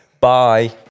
Bye